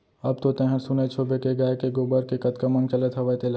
अब तो तैंहर सुनेच होबे के गाय के गोबर के कतका मांग चलत हवय तेला